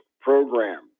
program